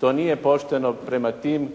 To nije pošteno prema tim